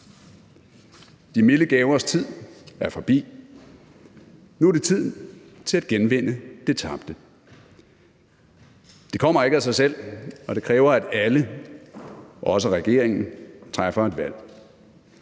De milde gavers tid er forbi. Nu er det tid til at genvinde det tabte. Det kommer ikke af sig selv, og det kræver, at alle, også regeringen, træffer et valg.